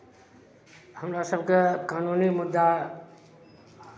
हमरा सभके कानूनी मुद्दा